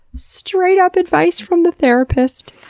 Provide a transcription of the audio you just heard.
straight up advice from the therapist!